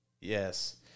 Yes